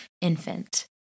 infant